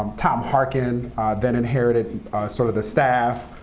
um tom harkin then inherited sort of the staff.